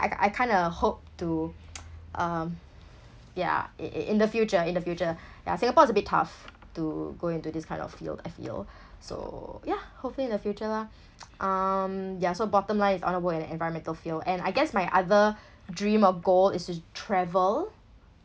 I I kinda hope to um yeah i~ i~ in the future in the future ya Singapore is a bit tough to go into this kind of field I feel so yeah hopefully in the future lah um ya so bottom line is I want to in an environmental field and I guess my other dream or goal is to travel